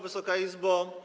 Wysoka Izbo!